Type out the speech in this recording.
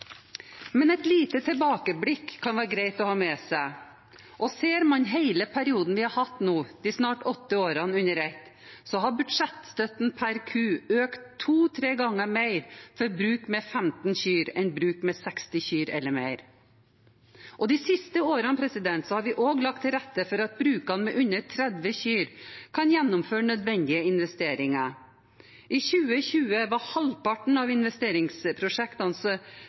Men et lite tilbakeblikk kan være greit å ha med seg. Ser man hele perioden vi har hatt – de snart åtte årene – under ett, har budsjettstøtten per ku økt to–tre ganger mer for bruk med 15 kyr enn for bruk med 60 kyr eller mer. De siste årene har vi også lagt til rette for at brukene med under 30 kyr kan gjennomføre nødvendige investeringer. I 2020 var halvparten av investeringsprosjektene